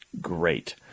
Great